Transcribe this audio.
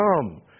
come